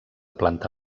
planta